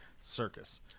circus